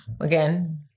again